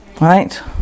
Right